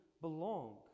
belong